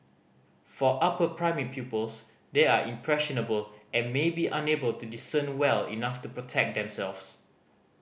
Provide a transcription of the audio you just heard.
for upper primary pupils they are impressionable and may be unable to discern well enough to protect themselves